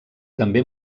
també